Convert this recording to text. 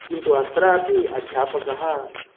किन्तु अत्रापि अध्यापकः